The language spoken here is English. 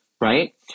right